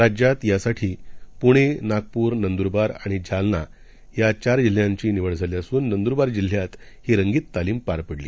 राज्यातयासाठीपुणे नागपूर नंदुरबारआणिजालनायाचारजिल्ह्यांचीनिवडकरण्यातआलीअसून नंदुरबारजिल्ह्यातहीरंगीततालीमपारपडली